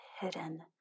hidden